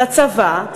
לצבא,